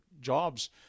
jobs